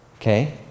okay